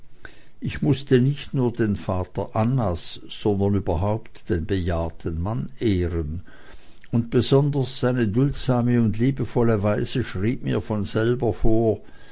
ich mußte nicht nur den vater annas sondern überhaupt den bejahrten mann ehren und besonders seine duldsame und liebevolle weise schrieb mir von selber vor